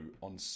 on